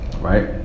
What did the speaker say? right